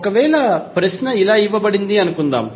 ఒకవేళ ప్రశ్న ఇలా ఇవ్వబడింది అనుకుందాం